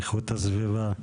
איכות הסביבה.